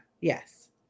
Yes